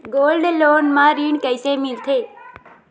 Gold loan म ऋण कइसे मिलथे?